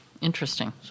interesting